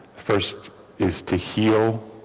first is to heal